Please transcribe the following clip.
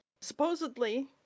Supposedly